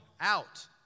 Out